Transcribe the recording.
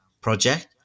project